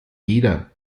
jeder